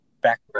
back